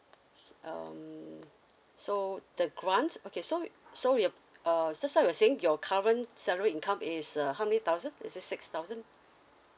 um so the grant okay so so your uh just now you were saying your current salary income is uh how many thousand is it six thousand